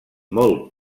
molt